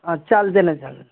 हा चालते ना सर